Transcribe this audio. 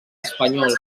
espanyols